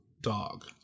Dog